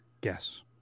guess